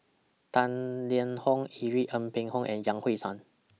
Tang Liang Hong Irene Ng Phek Hoong and Yan Hui Chang